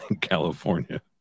California